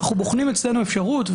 אנו בוחנים אצלנו אפשרות,